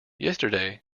yesterday